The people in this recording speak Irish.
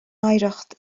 oidhreacht